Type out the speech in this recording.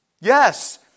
Yes